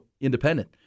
independent